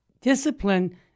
discipline